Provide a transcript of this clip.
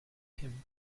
him